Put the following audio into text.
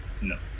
No